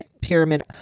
pyramid